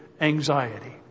anxiety